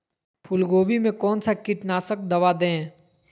फूलगोभी में कौन सा कीटनाशक दवा दे?